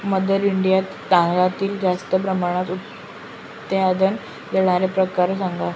mother India तांदळातील जास्त प्रमाणात उत्पादन देणारे प्रकार सांगा